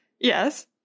Yes